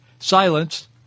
Silence